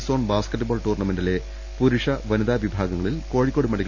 zone basketball ടൂർണമെന്റിലെ പുരുഷ വനിതാ വിഭാഗങ്ങളിൽ കോഴിക്കോട് മെഡി